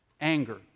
Anger